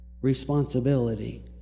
responsibility